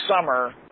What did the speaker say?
summer